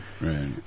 Right